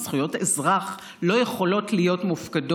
כי זכויות אזרח לא יכולות להיות מופקדות